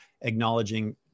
acknowledging